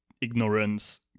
ignorance